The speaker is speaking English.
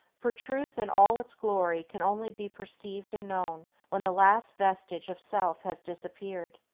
for truth in all its glory can only be perceived and known when the last vestige of self has disappeared.